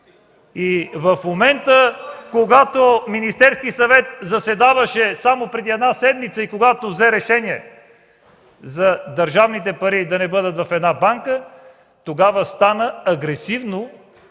В момента, когато Министерският съвет на заседание само преди една седмица взе решение за това държавните пари да не бъдат в една банка, тогава стана агресивен